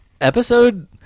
episode